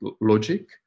logic